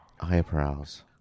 eyebrows